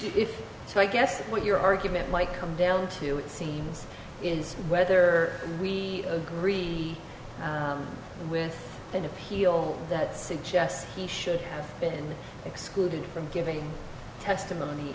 if so i guess what your argument might come down to it seems is whether we agree with an appeal that suggests he should have been excluded from giving testimony